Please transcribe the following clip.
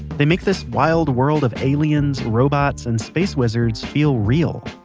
they make this wild world of aliens, robots and space wizards feel real.